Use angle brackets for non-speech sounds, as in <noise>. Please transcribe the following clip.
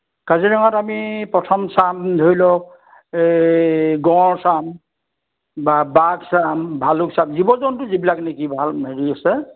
কাজিৰঙাত আমি প্ৰথম চাম ধৰি লওক এই গঁড় চাম বা বাঘ চাম ভালুক চাম জীৱ জন্তু যিবিলাক নেকি <unintelligible> হেৰি আছে